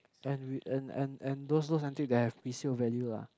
and we and and and those those until they have resale value lah